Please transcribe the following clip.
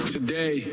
Today